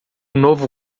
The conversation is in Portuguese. novo